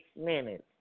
minutes